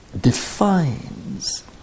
defines